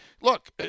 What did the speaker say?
look